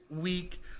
week